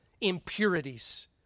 impurities